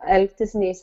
elgtis nei